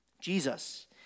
Jesus